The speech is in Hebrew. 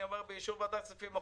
מוחק את המילה באישור ועדת הכספים.